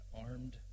armed